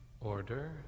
Order